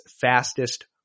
fastest